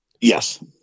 Yes